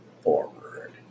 Forward